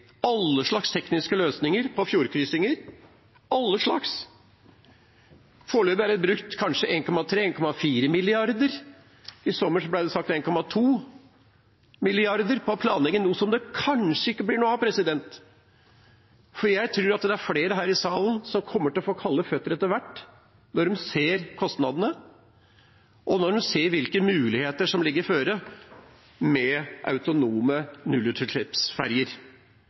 alle slags tekniske løsninger for fjordkryssinger – alle slags. Foreløpig er det brukt 1,3 mrd. kr, kanskje 1,4 – i sommer ble det sagt 1,2 mrd. kr – på å planlegge noe som det kanskje ikke blir noe av. Jeg tror det er flere her i salen som kommer til å få kalde føtter etter hvert, når de ser kostnadene og hvilke muligheter som foreligger med autonome nullutslippsferjer.